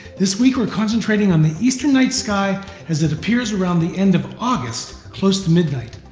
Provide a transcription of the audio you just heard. this week we're concentrating on the eastern night sky as it appears around the end of august, close to midnight.